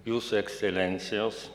jūsų ekscelencijos